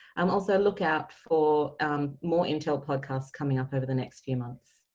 um also, look out for more intel podcasts coming up over the next few months.